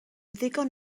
ddigon